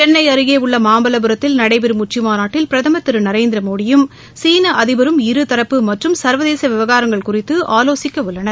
சென்ளை அருகே உள்ள மாமல்வபுரத்தில் நடைபெறும் உச்சிமாநாட்டில் பிரதமர் திரு நரேந்திரமோடியும் சீன அதிபரும் இருதரப்பு மற்றும் சர்வதேச விவகாரங்கள் குறித்து ஆலோசிக்க உள்ளனர்